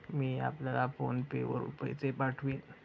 मी आपल्याला PhonePe वरुन पैसे पाठवीन